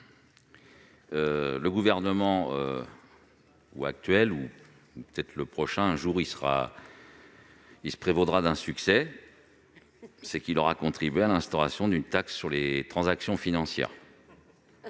le gouvernement actuel- ou le prochain -pourra se prévaloir d'un succès s'il aura contribué à l'instauration d'une taxe sur les transactions financières.